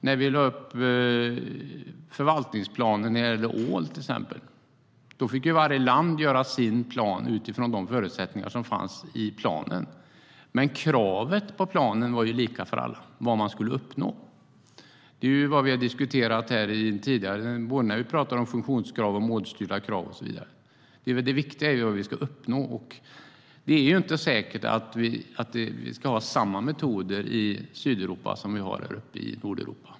När vi arbetade fram förvaltningsplanen för ål fick varje land upprätta sin plan utifrån de förutsättningar som ingick i planen. Men kravet på planen och vad man skulle uppnå var ju lika för alla. Vi har tidigare här diskuterat om funktionskrav, målstyrda krav och så vidare. Det viktiga är vad vi ska uppnå. Det är inte säkert att vi ska ha samma metoder i Sydeuropa som vi har i Nordeuropa.